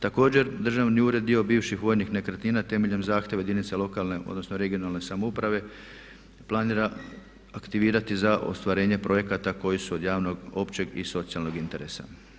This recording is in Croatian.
Također Državni ured dio bivših vojnih nekretnina temeljem zahtjeva jedinica lokalne, odnosno regionalne samouprave planira aktivirati za ostvarenje projekata koji su od javnog općeg i socijalnog interesa.